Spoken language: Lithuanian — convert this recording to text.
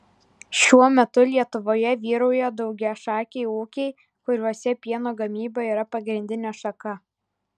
šiuo metu lietuvoje vyrauja daugiašakiai ūkiai kuriuose pieno gamyba yra pagrindinė šaka